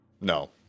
No